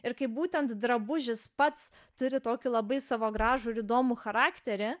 ir kai būtent drabužis pats turi tokį labai savo gražų ir įdomų charakterį